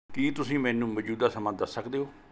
ਕੀ ਤੁਸੀਂ ਮੈਨੂੰ ਮੌਜੂਦਾ ਸਮਾਂ ਦੱਸ ਸਕਦੇ ਹੋ